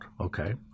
okay